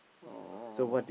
oh